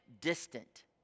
distant